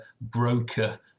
broker